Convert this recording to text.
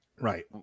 Right